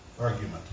argument